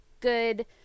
good